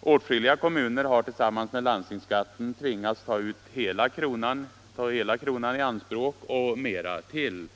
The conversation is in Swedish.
Åtskilliga kommuner har tillsammans med landstingsskatten tvingats ta hela kronan i anspråk och mera till.